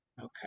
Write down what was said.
Okay